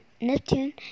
Neptune